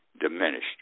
diminished